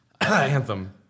Anthem